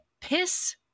piss